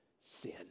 sin